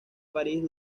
parís